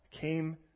came